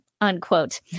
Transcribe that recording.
unquote